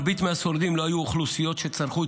רבים מהשורדים לא היו מאוכלוסיות שצלחו את